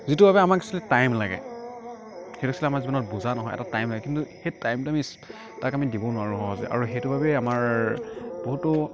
যিটোৰ বাবে আমাক একচুৱেলি টাইম লাগে সেইটো একচুৱেলি আমাৰ বাবে বোজা নহয় টাইম লাগে সেই টাইমটো তাক আমি দিব নোৱাৰোঁ সহজে আৰু সেইটো বাবেই আমাৰ বহুটো